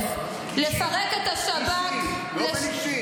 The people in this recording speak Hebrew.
14,000. אישי, אישי, באופן אישי.